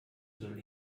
soll